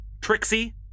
trixie